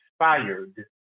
inspired